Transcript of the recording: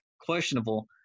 questionable